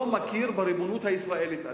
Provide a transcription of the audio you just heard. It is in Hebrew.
לא מכיר בריבונות הישראלית עליו.